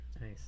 Nice